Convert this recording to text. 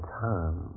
time